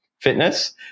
fitness